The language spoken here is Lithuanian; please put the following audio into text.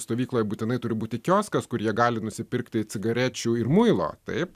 stovykloje būtinai turi būti kioskas kur jie gali nusipirkti cigarečių ir muilo taip